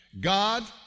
God